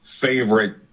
favorite